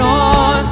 on